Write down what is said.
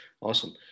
Awesome